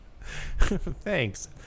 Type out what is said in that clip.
Thanks